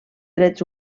drets